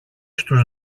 στους